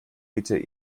bitte